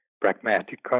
pragmatic